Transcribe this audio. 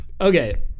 okay